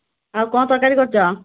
ଆଉ କ'ଣ ତରକାରୀ କରିଛ